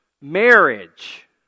Marriage